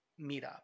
meetup